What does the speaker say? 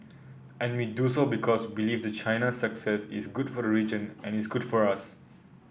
and we do so because believe that China's success is good for the region and is good for us